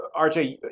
RJ